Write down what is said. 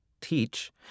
teach